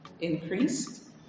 increased